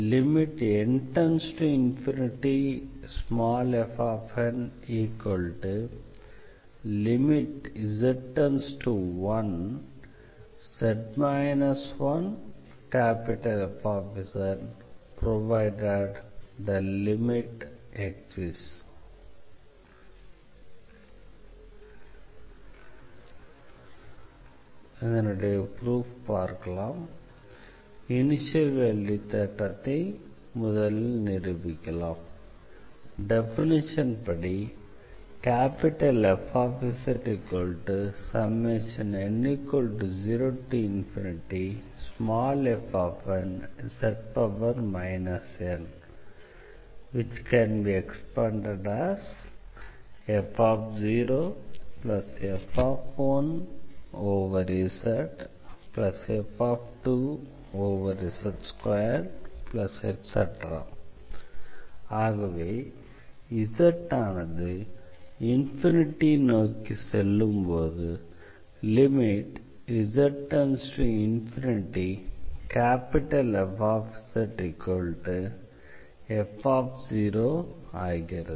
definition மூலம் Fzn0fnz nf0f1zf2z2 ஆகவே z ஆனது நோக்கி செல்லும்போது limz→∞F f ஆகிறது